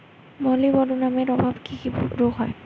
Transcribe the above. মলিবডোনামের অভাবে কি কি রোগ হয়?